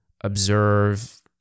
observe